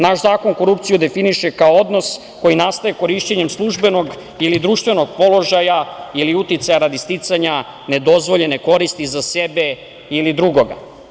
Naš zakon korupciju definiše kao odnos koji nastaje korišćenjem službenog ili društvenog položaja ili uticaja radi sticanja nedozvoljene koristi za sebe ili drugoga.